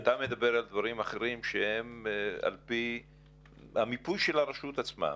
אתה מדבר על דברים אחרים שהם על פי המיפוי של הרשות עצמה,